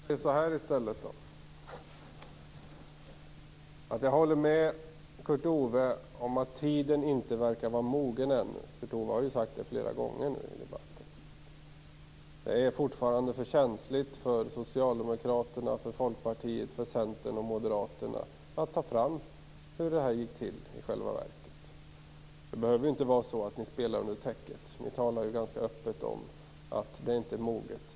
Fru talman! Jag kan säga så här i stället: Jag håller med Kurt Ove Johansson om att tiden ännu inte verkar vara mogen. Kurt Ove Johansson har ju sagt det flera gånger i debatten. Det är fortfarande för känsligt för Socialdemokraterna, för Folkpartiet, för Centern och för Moderaterna att ta fram hur detta i själva verket gick till. Det behöver ju inte vara så att ni spelar under täcket. Ni talar ju ganska öppet om att tiden inte är mogen.